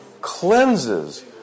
cleanses